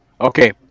Okay